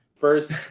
First